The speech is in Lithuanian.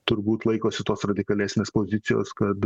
turbūt laikosi tos radikalesnės pozicijos kad